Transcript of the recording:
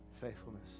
faithfulness